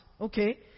Okay